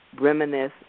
reminisce